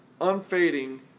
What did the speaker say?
unfading